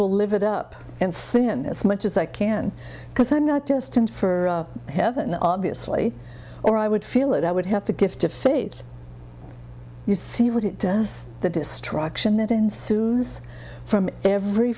well live it up and sin as much as i can because i'm not just in for heaven obviously or i would feel it i would have the gift of faith you see what it does the destruction that ensues from every